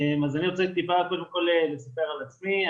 אז אני רוצה טיפה קודם כל לספר על עצמי.